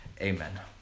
Amen